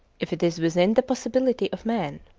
if it is within the possibility of man.